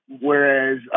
Whereas